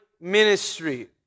ministry